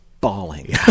bawling